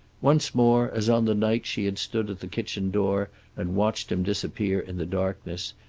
once more, as on the night she had stood at the kitchen door and watched him disappear in the darkness,